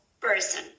person